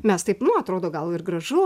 mes taip nu atrodo gal ir gražu